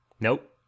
Nope